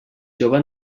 jove